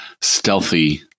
stealthy